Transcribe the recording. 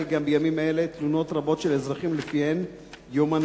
גם בימים אלה תלונות רבות של אזרחים שלפיהו יומנאים